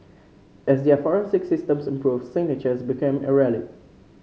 as their forensic systems improved signatures became a relic